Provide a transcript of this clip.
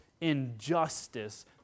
injustice